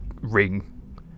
ring